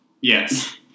Yes